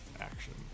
action